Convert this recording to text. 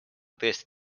tõesti